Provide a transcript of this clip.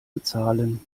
bezahlen